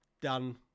done